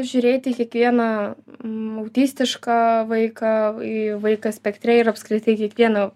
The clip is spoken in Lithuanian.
žiūrėti į kiekvieną autistišką vaiką į vaiką spektre ir apskritai kiekvieną